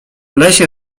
lesie